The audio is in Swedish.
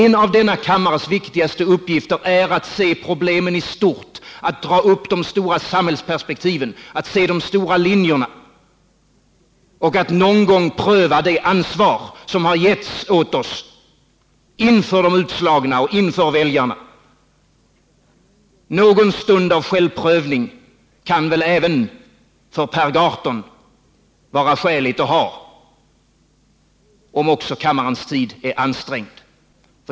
En av denna kammares viktigaste uppgifter är att se problemen i stort, att dra upp de stora perspektiven, att se de stora linjerna och att någon gång pröva det ansvar som har givits åt oss — inför de utslagna och inför väljarna. Någon stund av självprövning kan det väl vara skäligt att ha, även för Per Gahrton, om också kammarens tid är ansträngd.